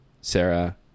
Sarah